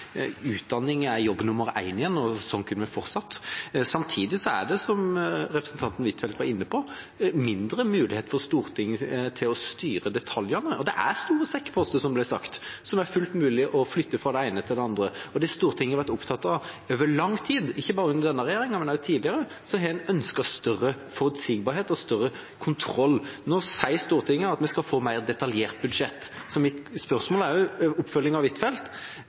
utdanning er igjen jobb nummer én – og sånn kunne vi fortsatt. Samtidig er det, som representanten Huitfeldt var inne på, mindre mulighet for Stortinget til å styre detaljene. Det er store sekkeposter, som det ble sagt, som det er fullt mulig å flytte fra det ene til det andre. Det Stortinget har vært opptatt av over lang tid – ikke bare under denne regjeringa, men også tidligere – er at en har ønsket større forutsigbarhet og større kontroll. Nå sier Stortinget at vi skal få et mer detaljert budsjett. Mitt spørsmål er – som en oppfølging av representanten Huitfeldt: